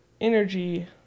energy